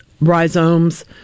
rhizomes